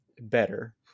better